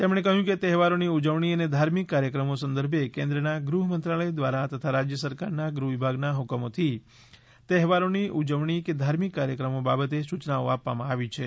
તેમણે કહ્યુ કે તહેવારોની ઉજવણી અને ધાર્મિક કાર્યક્રમો સંદર્ભે કેન્દ્રના ગૃહ મંત્રાલય દ્વારા તથા રાજ્ય સરકારના ગૃહ વિભાગના હુકમોથી તહેવારોની ઉજવણી કે ધાર્મિક કાર્યક્રમો બાબતે સૂચનાઓ આપવામાં આવી છે